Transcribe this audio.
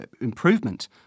improvement